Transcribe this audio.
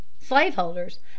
slaveholders